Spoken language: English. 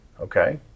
okay